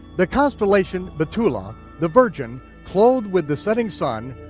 the constellation bethulah the virgin clothed with the setting sun,